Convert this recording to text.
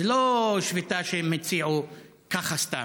זאת לא שביתה שהם הציעו ככה סתם.